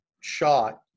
shot